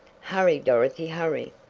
hurry, dorothy! hurry!